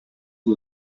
dei